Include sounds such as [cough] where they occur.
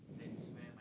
[breath]